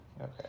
Okay